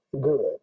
good